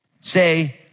say